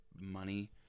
money